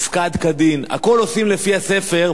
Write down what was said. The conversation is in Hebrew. הופקד כדין, הכול עושים לפי הספר,